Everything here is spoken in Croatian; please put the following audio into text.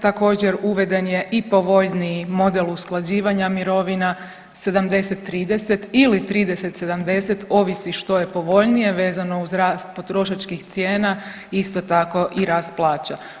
Također uveden je i povoljniji model usklađivanja mirovina 70:30 ili 30:70 ovisi što je povoljnije vezano uz rast potrošačkih cijena isto tako i rast plaća.